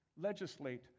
legislate